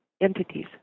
entities